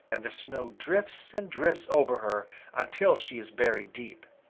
and the snow drifts and drifts over her until she is buried deep.